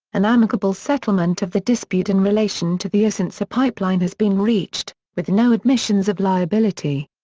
an amicable settlement of the dispute in relation to the ocensa pipeline has been reached, with no admissions of liability.